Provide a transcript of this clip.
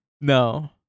No